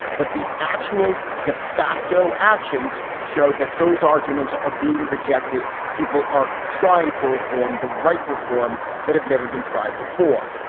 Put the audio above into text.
but the actual defacto actions show that those arguments are being rejected. people are trying for reform the right reforms that have never been tried before.